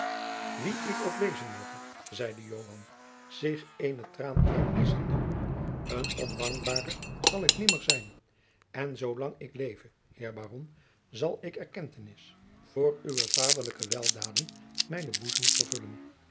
wie ik ook wezen moge zeide joan zich eene traan uitwisschende een ondankbare zal ik jacob van lennep de pleegzoon nimmer zijn en zoo lang ik leve heer baron zal erkentenis voor uwe vaderlijke weldaden mijnen boezem vervullen